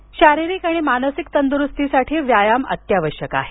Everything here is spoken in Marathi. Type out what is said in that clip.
डब्ल्यएचओ शारीरिक आणि मानसिक तंदुरुस्तीसाठी व्यायाम अत्यावश्यक आहे